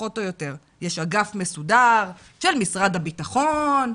יש אגף מסודר של משרד הביטחון,